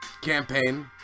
campaign